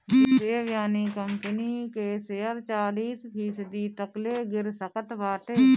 Devyani company के share चालीस फीसदी तकले गिर सकत बाटे